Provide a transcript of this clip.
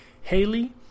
Haley